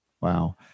Wow